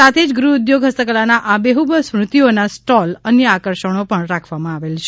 સાથે જ ગૃહ ઉધોગ હસ્તકલાના આબેહ્બ સ્મૃતિઓના સ્ટોલ અન્ય આકર્ષણો પણ રાખવામાં આવેલા છે